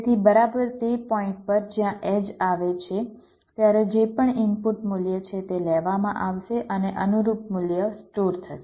તેથી બરાબર તે પોઇન્ટ પર જ્યાં એડ્જ આવે છે ત્યારે જે પણ ઇનપુટ મૂલ્ય છે તે લેવામાં આવશે અને અનુરૂપ મૂલ્ય સ્ટોર થશે